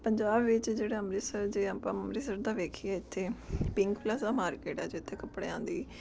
ਪੰਜਾਬ ਵਿੱਚ ਜਿਹੜਾ ਅੰਮ੍ਰਿਤਸਰ ਜੇ ਆਪਾਂ ਅੰਮ੍ਰਿਤਸਰ ਦਾ ਵੇਖੀਏ ਇੱਥੇ ਪਿੰਕ ਪਲਾਜ਼ਾ ਮਾਰਕੀਟ ਆ ਜਿੱਥੇ ਕੱਪੜਿਆਂ ਦੀ